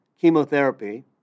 chemotherapy